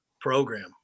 program